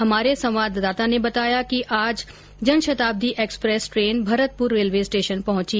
हमारे संवाददाता ने बताया कि बाद आज Janshatabdi express train Bharatpur railway station पहुंची